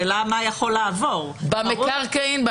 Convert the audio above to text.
אפשר גם וגם,